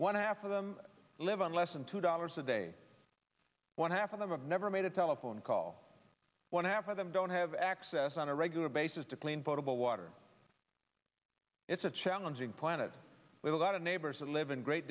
one half of them live on less than two dollars a day one half of them have never made a telephone call one half of them don't have access on a regular basis to clean potable water it's a challenging planet with a lot of neighbors and live in great